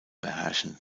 beherrschen